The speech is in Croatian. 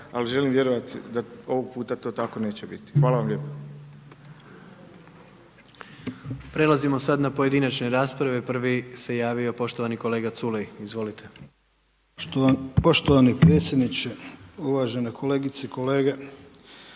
ali želim vjerovati da ovog puta to tako neće biti. Hvala vam lijepo. **Jandroković, Gordan (HDZ)** Prelazimo sad na pojedinačne rasprave. Prvi se javio poštovani kolega Culej. Izvolite. **Culej, Stevo (HDZ)** Poštovani predsjedniče, uvažene kolegice i kolege.